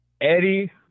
Eddie